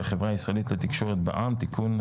החברה הישראלית לתקשורת בע"מ) (תיקון),